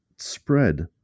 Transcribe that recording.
spread